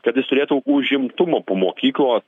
kad jis turėtų užimtumo po mokyklos